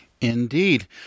Indeed